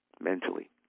mentally